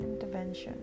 intervention